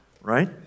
Right